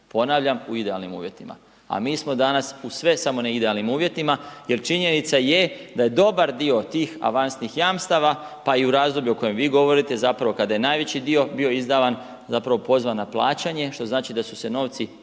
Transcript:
Ponavljam, u idealnim uvjetima. A mi smo danas u sve, samo ne idealnim uvjetima jer činjenica je da je dobar dio tih avansnih jamstava, pa i u razdoblju o kojem vi govorite, zapravo, kada je najveći dio bio izdavan, zapravo, pozvan na plaćanje, što znači da su se novci